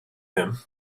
him